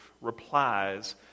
replies